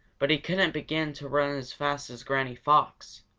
but he couldn't begin to run as fast as granny fox.